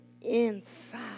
inside